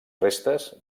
restes